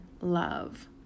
love